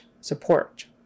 support